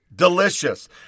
Delicious